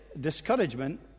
discouragement